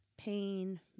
pain